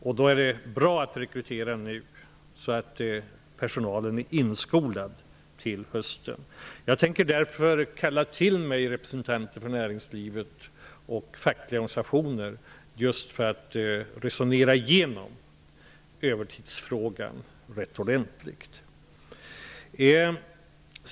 Därför är det bra att rekrytera nu, så att personalen är inskolad till hösten. Jag tänker därför kalla till mig representanter för näringslivet och för fackliga organisationer just för att resonera igenom övertidsfrågan ordentligt.